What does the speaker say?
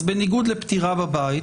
אז בניגוד לפטירה בבית,